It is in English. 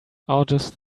august